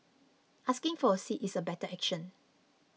asking for a seat is a better action